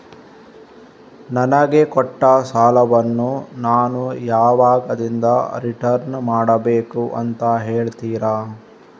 ನನಗೆ ಕೊಟ್ಟ ಸಾಲವನ್ನು ನಾನು ಯಾವಾಗದಿಂದ ರಿಟರ್ನ್ ಮಾಡಬೇಕು ಅಂತ ಹೇಳ್ತೀರಾ?